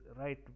right